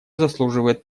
заслуживает